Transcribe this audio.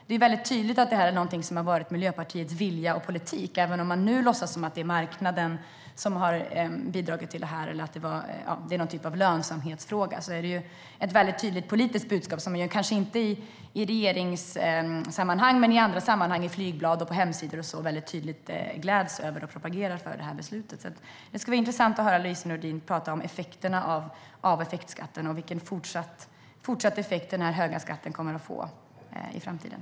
Det är tydligt att det här har varit Miljöpartiets vilja och politik även om de nu låtsas som att det är marknaden som har bidragit till det här eller att det skulle vara en lönsamhetsfråga. Det är ett tydligt politiskt budskap, kanske inte i regeringssammanhang, men i andra sammanhang, som på hemsidor och flygblad, gläds de över och propagerar för beslutet. Det skulle vara intressant att höra Lise Nordin tala om effekterna av effektskatten och vilken fortsatt effekt den höga skatten kommer att få i framtiden.